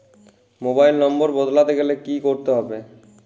Mobile number বদলাতে গেলে কি করতে হবে?